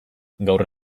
gaur